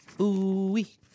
ooh-wee